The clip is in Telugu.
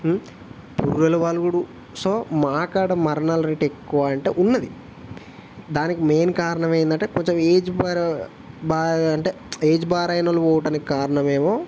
పుర్రెలు పలగడం సో మా కాడ మరణాల రేటు ఎక్కువ అంటే ఉన్నది దానికి మెయిన్ కారణం ఏంటంటే కొంచెం ఏజ్ బార్ బార్ అంటే ఏజ్ బార్ అయినవాళ్ళు పోవటానికి కారణమేమో